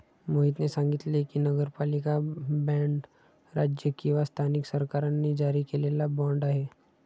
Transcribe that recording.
मोहितने सांगितले की, नगरपालिका बाँड राज्य किंवा स्थानिक सरकारांनी जारी केलेला बाँड आहे